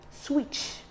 switch